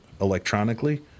electronically